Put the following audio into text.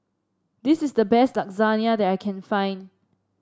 this is the best Lasagna that I can find